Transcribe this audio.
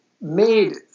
made